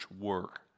work